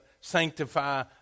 sanctify